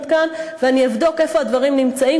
כאן ואני אבדוק איפה הדברים נמצאים,